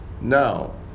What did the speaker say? Now